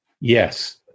Yes